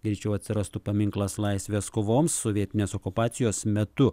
greičiau atsirastų paminklas laisvės kovoms sovietinės okupacijos metu